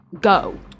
go